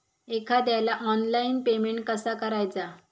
एखाद्याला online payment कसा करायचा?